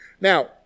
Now